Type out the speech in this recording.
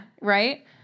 Right